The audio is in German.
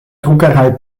druckerei